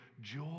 joy